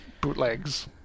Bootlegs